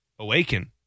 awaken